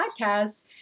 podcasts